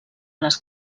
les